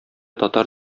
татар